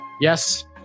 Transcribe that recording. yes